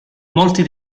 molti